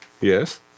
Yes